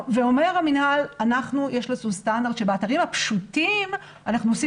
ואומר המינהל: יש לנו סטנדרט שבאתרים הפשוטים אנחנו עושים